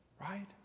Right